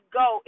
go